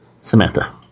Samantha